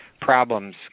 problems